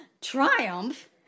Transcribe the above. Triumph